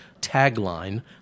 tagline